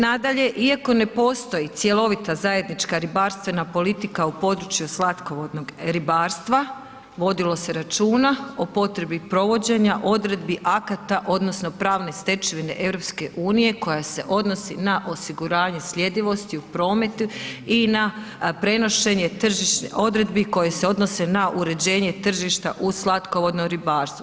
Nadalje, iako ne postoji cjelovita zajednička ribarstvena politika u području slatkovodnog ribarstva, vodilo se računa o potrebi provođenja odredbi akata odnosno pravne stečevine EU koja se odnosi na osiguranje sljedivosti u prometu i na prenošenje tržišnih odredbi koje se odnose na uređenje tržišta u slatkovodno ribarstvo.